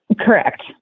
correct